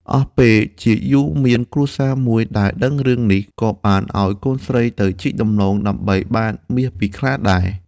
អស់ពេលជាយូរមានគ្រួសារមួយដែលដឹងរឿងនេះ ក៏បានឲ្យកូនស្រីទៅជីកដំឡូងដើម្បីបានមាសពីខ្លាដែរ។